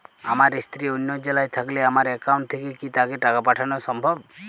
আমার স্ত্রী অন্য জেলায় থাকলে আমার অ্যাকাউন্ট থেকে কি তাকে টাকা পাঠানো সম্ভব?